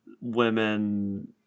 women